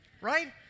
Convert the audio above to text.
right